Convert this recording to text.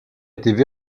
étaient